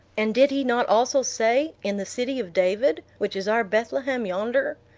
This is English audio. and did he not also say, in the city of david, which is our bethlehem yonder.